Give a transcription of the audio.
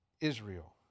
Israel